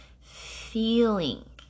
feeling